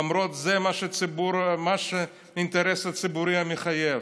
למרות שזה האינטרס הציבורי המחייב.